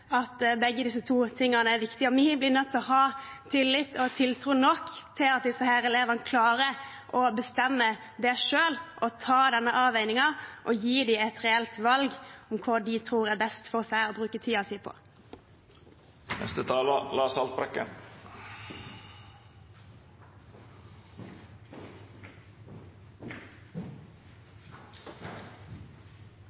at begge disse to tingene er viktige. Vi blir nødt til å ha tillit og tiltro nok til at disse elevene klarer å bestemme det selv og ta denne avveiningen, og gi dem et reelt valg om hva de tror er best for seg å bruke